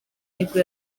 nibwo